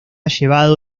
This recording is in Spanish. llevado